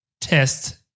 test